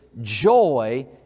joy